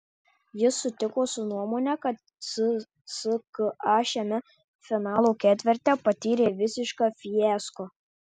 jis sutiko su nuomone kad cska šiame finalo ketverte patyrė visišką fiasko